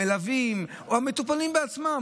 המלווים או המטופלים בעצמם.